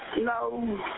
No